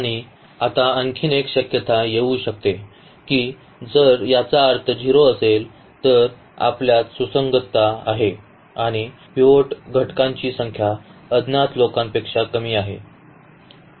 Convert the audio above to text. आणि आता आणखी एक शक्यता येऊ शकते की जर याचा अर्थ 0 असेल तर आपल्यात सुसंगतता आहे आणि पिव्होट घटकांची संख्या अज्ञात लोकांपेक्षा कमी आहे